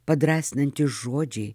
padrąsinantys žodžiai